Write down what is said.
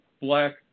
black